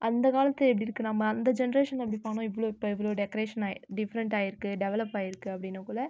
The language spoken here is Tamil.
அந்த காலத்து எப்படி இருக்குது நம்ம அந்த ஜென்ரேஷன் எப்படி இருப்பாங்கனால் இவ்வளோ இப்போ இவ்வளோ டெக்ரேஷனா டிஃப்ரண்ட்டாயிருக்குது டெவலப்பாயிருக்குது அப்படிங்ககுல